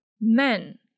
men